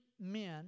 men